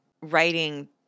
writing